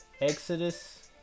Exodus